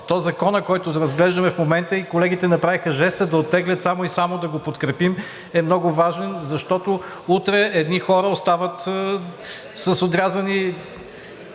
то Законът, който разглеждаме в момента – колегите направиха жеста да оттеглят само и само да го подкрепим, е много важен, защото утре едни хора остават без пенсии.